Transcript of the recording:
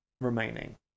remaining